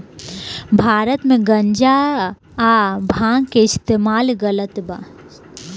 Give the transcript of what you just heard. भारत मे गांजा आ भांग के इस्तमाल गलत बा